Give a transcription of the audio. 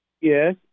Yes